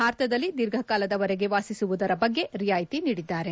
ಭಾರತದಲ್ಲಿ ದೀರ್ಘಕಾಲದವರೆಗೆ ವಾಸಿಸುವುದರ ಬಗ್ಗೆ ರಿಯಾಯಿತಿ ನೀಡಿದ್ದಾರೆ